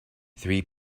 three